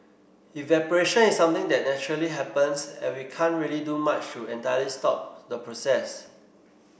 evaporation is something that naturally happens and we can't really do much to entirely stop the process